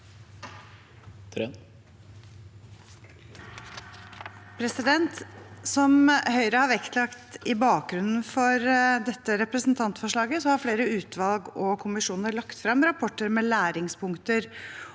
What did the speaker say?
leder): Som Høyre har vektlagt i bakgrunnen for dette representantforslaget, har flere utvalg og kommisjoner lagt frem rapporter med læringspunkter